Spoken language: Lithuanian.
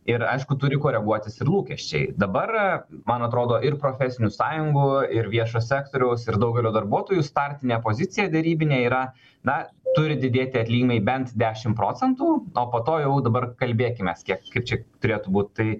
ir aišku turi koreguotis ir lūkesčiai dabar man atrodo ir profesinių sąjungų ir viešo sektoriaus ir daugelio darbuotojų startinė pozicija derybinė yra na turi didėti atlyginimai bent dešim procentų o po to jau dabar kalbėkime kiek čia turėtų būt tai